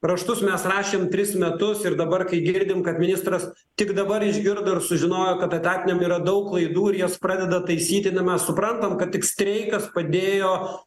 raštus mes rašėm tris metus ir dabar kai girdim kad ministras tik dabar išgirdo ir sužinojo kad etatiniam yra daug klaidų ir jas pradeda taisyti na mes suprantam kad tik streikas padėjo